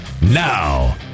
now